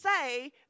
say